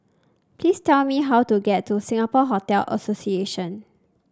please tell me how to get to Singapore Hotel Association